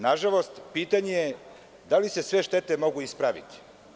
Nažalost, pitanje je da li se sve štete mogu ispraviti?